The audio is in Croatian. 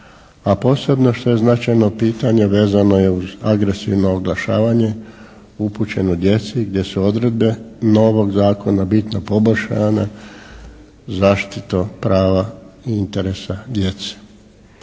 A posebno što je značajno pitanje vezano uz agresivno oglašavanje upućeno djeci gdje se odredbe novog zakona bitno poboljšanje zaštitom prava i interesa djece.